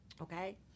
okay